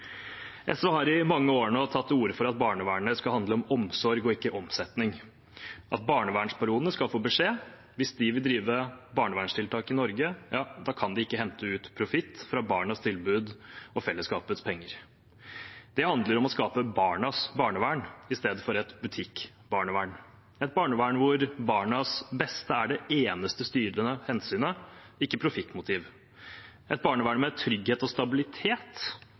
SV har i mange år nå tatt til orde for at barnevernet skal handle om omsorg og ikke omsetning, at barnevernsbaronene skal få beskjed: Hvis de vil drive barnevernstiltak i Norge, kan de ikke hente ut profitt fra barnas tilbud og fellesskapets penger. Det handler om å skape barnas barnevern istedenfor et butikkbarnevern, et barnevern hvor barnas beste er det eneste styrende hensynet, ikke profittmotiv, et barnevern med trygghet og stabilitet,